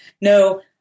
no